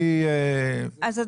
אז,